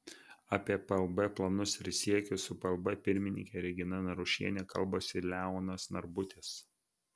apie plb planus ir siekius su plb pirmininke regina narušiene kalbasi leonas narbutis